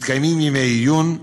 מתקיימים ימי עיון,